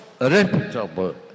reputable